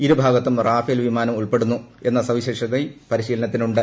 ഇരു ഭാഗത്തും റാഫേൽ പ്രിമ്ാനം ഉൾപ്പെടുന്നു എന്ന സവിശേഷതയും പരിശീല്നത്തിനുണ്ട്